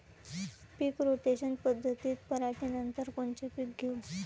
पीक rotation पद्धतीत पराटीनंतर कोनचे पीक घेऊ?